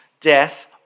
death